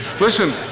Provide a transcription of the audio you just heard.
Listen